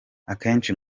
akenshi